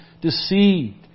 deceived